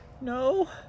No